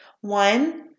one